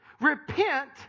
Repent